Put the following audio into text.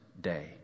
day